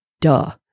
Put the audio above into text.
duh